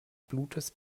blutes